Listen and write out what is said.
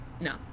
No